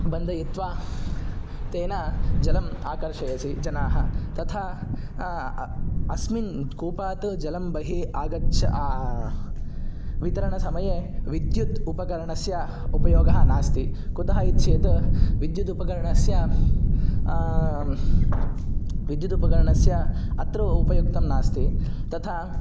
बन्धयित्वा तेन जलम् आकर्षयसि जनाः तथा अस्मिन् कूपात् जलं बहिः आगच्छ वितरणसमये विद्युत् उपकरणस्य उपयोगः नास्ति कुतः इच्छेत् विद्युतुपकरणस्य विद्युदुपकरणस्य अत्र उपयुक्तं नास्ति तथा